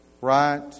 Right